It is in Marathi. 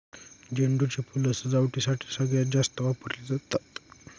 झेंडू ची फुलं सजावटीसाठी सगळ्यात जास्त वापरली जातात